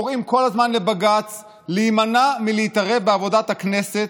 קוראים כל הזמן לבג"ץ להימנע מלהתערב בעבודת הכנסת.